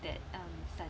that um